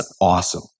awesome